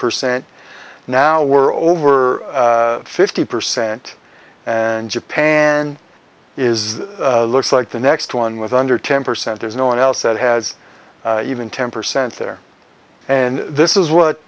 percent now we're over fifty percent and japan is looks like the next one with under ten percent there's no one else that has even ten percent there and this is what